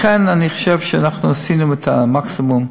לכן, אני חושב שאנחנו עשינו את המקסימום,